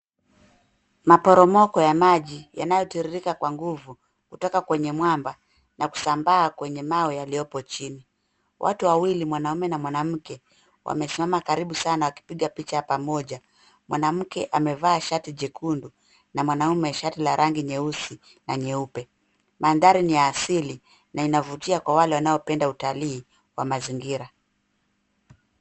Maporomoko ya maji yanayotiririka kwa nguvu kutoka kwenye mwamba na kusambaa kwenye mawe yaliyopo chini. Watu wawili mwaume na mwanamke wamesimama karibu sana wakipiga picha pamoja. Mwanamke amevaa shati jekundu na mwanaume shati la rangi nyeusi na nyeupe. Mandhari ni ya asili na inavutia kwa wale wanaopenda utalii wa mazingira.